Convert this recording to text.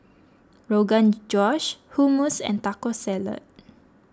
Rogan Josh Hummus and Taco Salad